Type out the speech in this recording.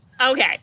Okay